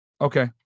Okay